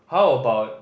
how about